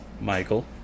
Michael